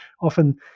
often